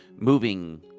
moving